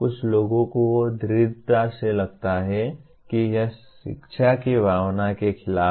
कुछ लोगों को दृढ़ता से लगता है कि यह शिक्षा की भावना के खिलाफ है